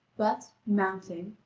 but, mounting,